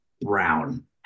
Brown